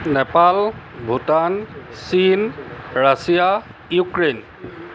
Nepal Bhutan China Russia Ukraine